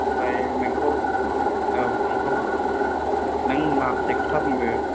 ओमफ्राय नोंखौ औ नोंखौ नों माखासे खोथा बुंदो